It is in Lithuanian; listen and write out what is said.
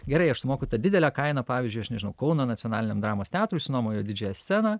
gerai aš sumoku tą didelę kainą pavyzdžiui aš nežinau kauno nacionaliniam dramos teatrui išsinuomoju didžiąją sceną